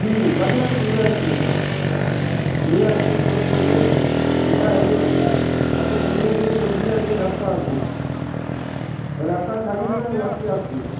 ଲାଗି ଲାଗି ଯୁଡ଼େ ହାଇସ୍କୁଲ୍ ଅଛେ ଯୁଡେ ହାଇସ୍କୁଲ୍ କ୍ରସ୍ କର୍ବେ ସିଧା ଆଏବେ ତାପରେ ଦେଖ୍ବେ ଗୁଟେ ଡେବ୍ରି ଆଡ଼୍କେ ରାସ୍ତା ଅଛେ ରାସ୍ତା ଛାଡ଼ି ଦେବେ ଆଉ ଆଗ୍କେ ଆସ୍ବେ